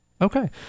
okay